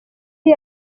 iyi